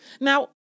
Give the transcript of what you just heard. Now